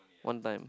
one time